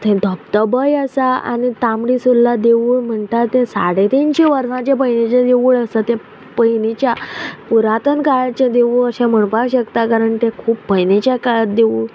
थंय धबधबोय आसा आनी तांबडी सुर्ला देवूळ म्हणटा ते साडे तिनशीं वर्सांचे पयनेचे देवूळ आसा ते पयलीच्या पुरातन काळाचें देवूळ अशें म्हणपाक शकता कारण ते खूब पयनेच्या काळ देवूळ